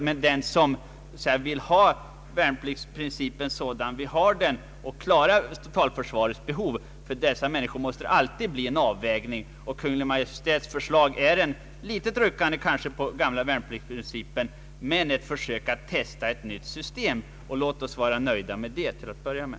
Men för den som vill ha värnpliktsprincipen kvar för att därmed klara totalförsvarets behov måste det bli fråga om en avvägning. Kungl. Maj:ts förslag innebär i någon mån ett ruckande på den gamla ordningen och ett försök att testa ett nytt inslag. Låt oss till att börja med vara nöjda härmed.